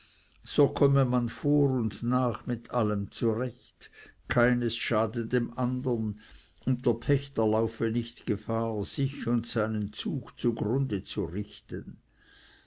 so komme man vor und nach mit allem zurecht keines schade dem andern und der pächter laufe nicht gefahr sich und seinen zug zugrunde zu richten